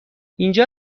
اینجا